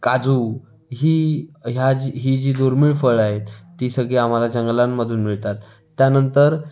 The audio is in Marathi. काजू ही ह्या जी ही जी दुर्मिळ फळं आहेत ती सगळी आम्हाला जंगलांमधून मिळतात त्यांनतर